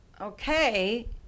okay